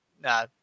no